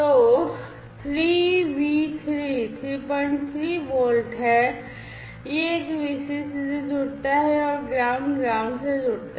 तो 3V3 33 volt है यह एक Vcc से जुड़ता है और ग्राउंड ग्राउंड से जुड़ता है